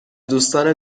دوستان